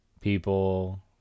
People